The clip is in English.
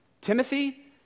Timothy